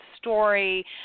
story